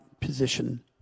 position